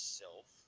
self